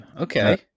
okay